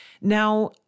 Now